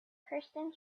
kirsten